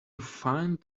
find